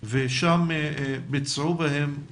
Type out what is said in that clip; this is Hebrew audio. ושם ביצעו בהם